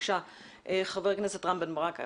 בבקשה ח"כ רם בן ברק.